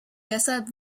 deshalb